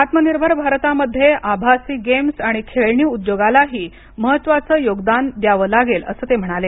आत्मनिर्भर भारता मध्ये आभासी गेम्स आणि खेळणी उद्योगालाही महत्त्वाचं योगदान द्यावं लागेल असं ते म्हणाले